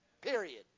Period